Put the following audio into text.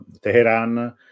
Tehran